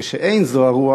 כשאין זו הרוח,